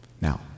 Now